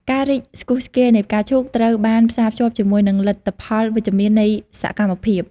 ការរីកស្គុះស្គាយនៃផ្កាឈូកត្រូវបានផ្សារភ្ជាប់ជាមួយនឹងលទ្ធផលវិជ្ជមាននៃសកម្មភាព។